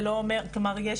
כלומר, יש